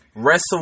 Wrestle